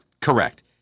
correct